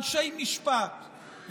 הסתיים הזמן.